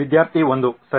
ವಿದ್ಯಾರ್ಥಿ 1 ಸರಿ